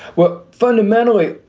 well, fundamentally,